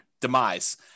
demise